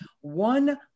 one